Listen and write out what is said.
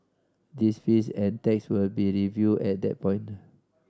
these fees and tax will be reviewed at that point